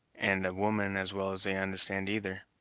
and a woman as well as they understand either.